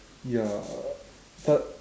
ya but